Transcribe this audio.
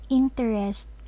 interest